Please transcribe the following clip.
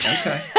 Okay